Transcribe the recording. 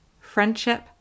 friendship